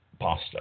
pasta